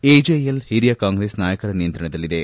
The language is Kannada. ಎಜೆಎಲ್ ಹಿರಿಯ ಕಾಂಗ್ರೆಸ್ ನಾಯಕರ ನಿಯಂತ್ರಣದಲ್ಲಿದೆ